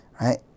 right